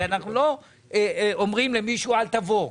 הרי אנחנו לא אומרים למישהו "אל תבוא".